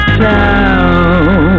town